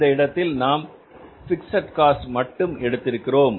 இந்த இடத்தில் நாம் பிக்ஸட் காஸ்ட் மட்டும் எடுத்திருக்கிறோம்